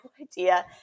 idea